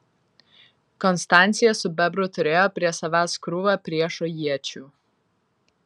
konstancija su bebru turėjo prie savęs krūvą priešo iečių